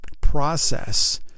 process